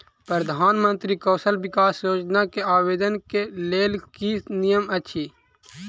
प्रधानमंत्री कौशल विकास योजना केँ आवेदन केँ लेल की नियम अछि?